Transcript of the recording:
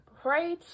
pray